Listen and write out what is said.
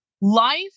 life